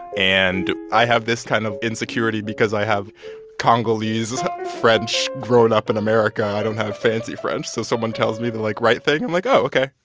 and i have this kind of insecurity because i have congolese french growing up in america i don't have fancy french. so if someone tells me the, like, right thing, i'm like, oh, ok,